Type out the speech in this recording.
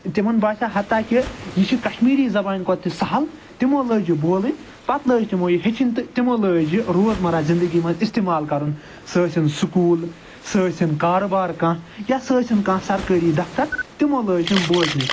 تِمَن باسیو ہَتا کہِ یہِ چھُ کَشمیٖری زَبانہِ کھۄتہٕ تہِ سِہل تِمو لٲج یہِ بولٕنۍ پَتہٕ لٲج تِمو یہِ ہیٚچھِنۍ تہٕ تِمو لٲج یہِ روزمَراہ زِندگی منٛز اِستعمال کَرُن سُہ ٲسِنۍ سٔکوٗل سُہ ٲسِنۍ کاروبار کانہہ یا سُہ ٲسِنۍ کانہہ سرکٲری دَفتر تِمو لٲج یِم بوزنہِ